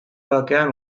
bakean